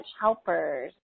helpers